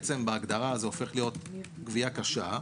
בהגדרה זה הופך להיות גבייה קשה.